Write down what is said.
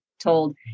told